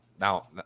now